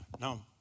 No